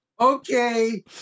Okay